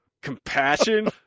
Compassion